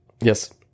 Yes